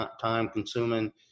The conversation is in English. time-consuming